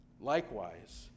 Likewise